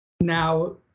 now